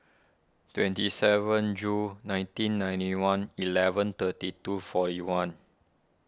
twenty seven Jul nineteen ninety one eleven thirty two forty one